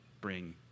bring